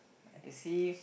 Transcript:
you see